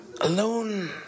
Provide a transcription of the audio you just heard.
alone